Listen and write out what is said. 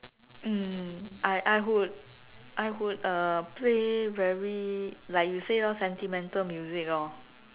mm I I would I would uh play very like you say lor sentimental music lor